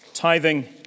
Tithing